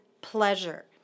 pleasure